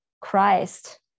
Christ